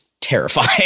terrifying